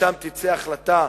ומשם תצא החלטה,